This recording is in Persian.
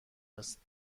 است